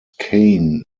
kane